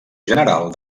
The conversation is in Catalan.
general